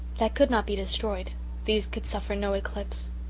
that could not be destroyed these could suffer no eclipse.